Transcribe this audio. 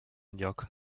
lloc